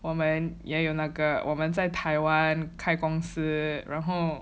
我们也有那个我们在台湾开公司然后